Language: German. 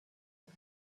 und